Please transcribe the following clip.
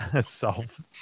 solve